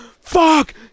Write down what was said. fuck